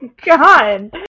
God